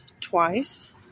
twice